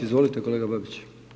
Izvolite kolega Babić.